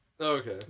okay